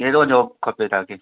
कहिड़ो जॉब खपे तव्हांखे